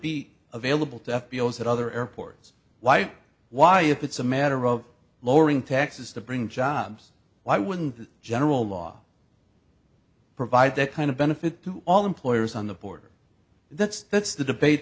be available to f b i as at other airports why why if it's a matter of lowering taxes to bring jobs why wouldn't the general law provide that kind of benefit to all employers on the border that's that's the debate